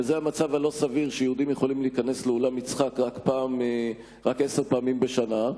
וזה המצב הלא-סביר שיהודים יכולים להיכנס לאולם-יצחק רק עשר פעמים בשנה.